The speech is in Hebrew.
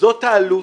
זאת העלות,